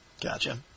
Gotcha